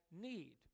need